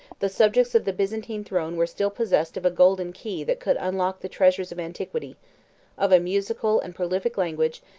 the subjects of the byzantine throne were still possessed of a golden key that could unlock the treasures of antiquity of a musical and prolific language,